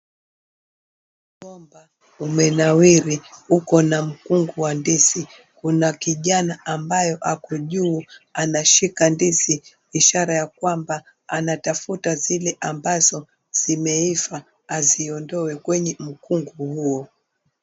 Mgomba umenawiri, uko na mkungu wa ndizi. Kuna kijana ambayo ako juu anashika ndizi ishara ya kwamba anatafuta zile ambazo zimeiva aziondoe kwenye mkungu huo.